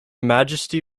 majesty